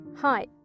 Hi